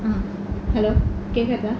hello கேக்கிறதா:kekkirathaa